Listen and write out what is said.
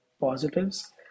positives